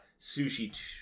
sushi